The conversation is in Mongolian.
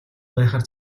байхаар